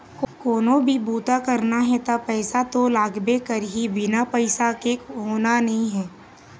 कोनो भी बूता करना हे त पइसा तो लागबे करही, बिना पइसा के होना नइ हे